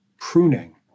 pruning